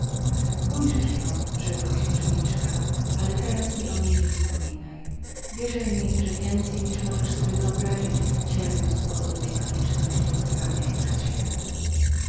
ujrzysz ją rzekła księżniczka ale teraz mi o niej nie wspominaj wierzaj mi że więcej niż możesz sobie wyobrazić cierpię na tej konieczności ukrywania jej przed światem